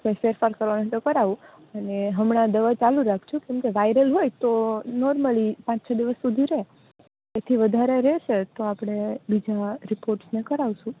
કોઈ ફેરફાર કરવાનું તો કરાવું ને હમણાં દવા ચાલુ રાખજો કેમકે વાઈલર હોય તો નોરમલી પાંચ છ દિવસ સુધી રે એ થી વધારે રેસે તો આપડે બીજા રિપોર્ટને કરાવસું